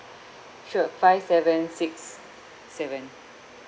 sure five seven six seven